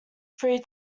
three